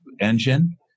engine